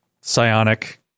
psionic